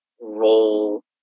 role